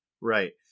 Right